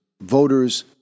voters